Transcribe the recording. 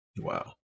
Wow